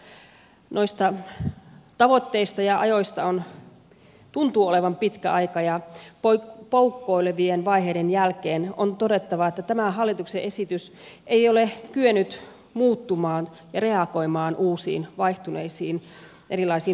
noista tavoitteista ja ajoista tuntuu olevan pitkä aika ja poukkoilevien vaiheiden jälkeen on todettava että tämä hallituksen esitys ei ole kyennyt muuttumaan ja reagoimaan uusiin vaihtuneisiin erilaisiin tilanteisiin